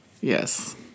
Yes